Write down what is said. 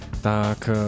tak